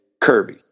Kirby